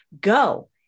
go